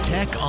Tech